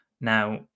Now